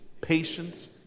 patience